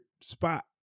spot